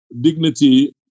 dignity